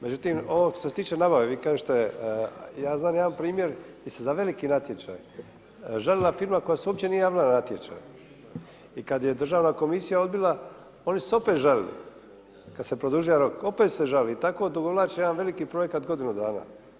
Međutim, ovo što se tiče nabave, vi kažete, ja znam jedan primjer gdje se za veliki natječaj žalila firma koja se uopće nije javila na natječaj i kada je državna komisija odbila, oni su se opet žalili, kad se produžio rok, opet su se žalili i tako odugovlače jedan veliki projekat godinu dana.